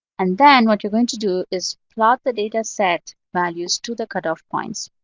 and then what you're going to do is plot the data set values to the cutoff points.